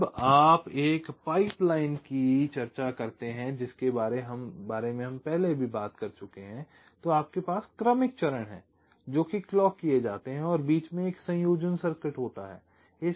जब आप एक पाइपलाइन की चर्चा करते हैं जिसके बारे में हम पहले भी बात कर चुके हैं तो आपके पास क्रमिक चरण हैं जोकि क्लॉक किये जाते हैं और बीच में एक संयोजन सर्किट होता है